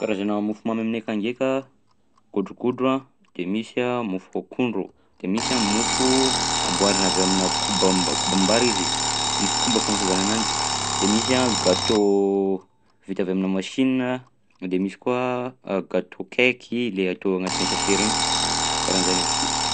Karazana mofomamy aminay akagny ndraika: godrogodro a, de misy a mofo akondro, de misy a mofo amboarina avy aminà kombam-b- kobam-bary izy, mofo koba fagnantsovana ananjy; de misy a gâteau vita avy aminà machina, de misy koa gâteau cake i le atao agnatin'ny sase regny, karahan'zany aby si.